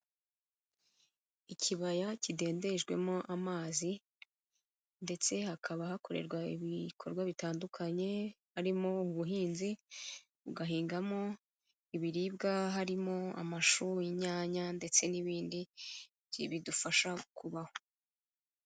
Ikibaya kidendejwemo amazi ndetse hakaba hakorerwa ibikorwa bitandukanye, harimo ubuhinzi bagahingamo ibiribwa harimo amashu inyanya ndetse n'ibindi bidufasha kubaho.